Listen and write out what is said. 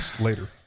later